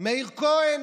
מאיר כהן.